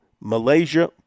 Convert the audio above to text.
Malaysia